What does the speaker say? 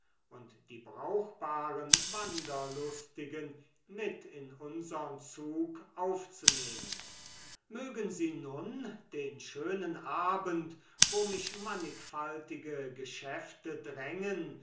und die brauchbaren wanderlustigen mit in unsern zug aufzunehmen mögen sie nun den schönen abend wo mich mannigfaltige geschäfte drängen